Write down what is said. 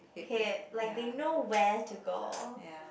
hip like they know where to go